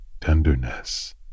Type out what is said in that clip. tenderness